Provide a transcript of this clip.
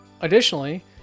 Additionally